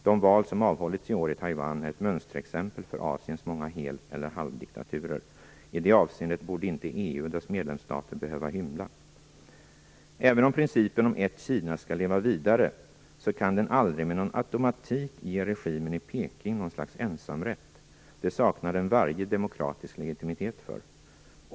De val som hållits i Taiwan är ett mönsterexempel för Asiens många heleller halvdiktaturer. I det avseendet borde inte EU och dess medlemsstater behöva hymla. Även om principen om ett Kina skall leva vidare, kan den aldrig med någon automatik ge regimen i Peking något slags ensamrätt. Det saknar den varje demokratisk legitimitet för.